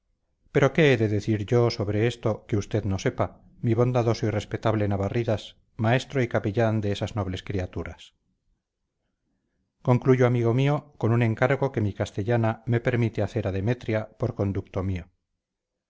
pero qué he de decir yo sobre esto que usted no sepa mi bondadoso y respetable navarridas maestro y capellán de esas nobles criaturas concluyo amigo mío con un encargo que mi castellana se permite hacer a demetria por conducto mío